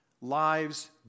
Lives